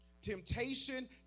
temptation